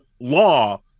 law